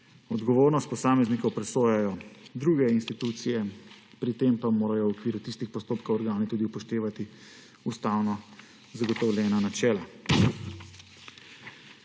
Odgovornost posameznikov presojajo druge institucije, pri tem pa morajo v okviru tistih postopkov organi tudi upoštevati ustavno zagotovljena načela.